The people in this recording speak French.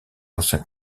anciens